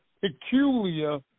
peculiar